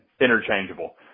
interchangeable